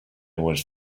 was